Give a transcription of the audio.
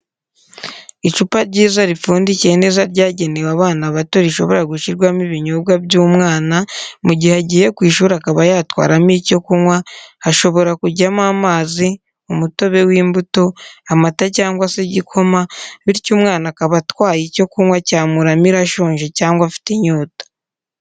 Icupa ryiza ripfundikiye neza ryagenewe abana bato rishobora gushyirwamo ibinyobwa by'umwana mu gihe agiye ku ishuri akaba yatwaramo icyo kunywa hashobora kujyamo amazi umutobe w'imbuto, amata cyangwa se igikoma, bityo umwana akaba atwaye icyo kunywa cyamuramira ashonje cyangwa afite inyota.